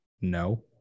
No